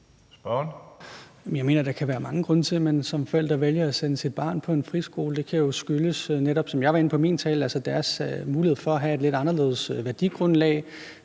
Jeg mener, der kan være mange grunde til, at man som forældre vælger at sende sit barn på en friskole. Det kan jo, som jeg netop var inde på i min tale, skyldes, at de får mulighed for at have et lidt anderledes værdigrundlag.